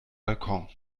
balkon